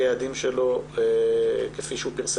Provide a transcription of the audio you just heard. שכל איש חינוך צריך לשים